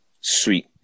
Sweet